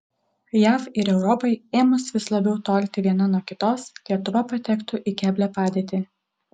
jav ir europai ėmus vis labiau tolti viena nuo kitos lietuva patektų į keblią padėtį